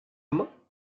mañ